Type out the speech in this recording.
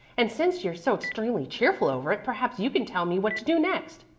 and since you're so extremely cheerful over it, perhaps you can tell me what to do next.